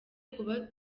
kuba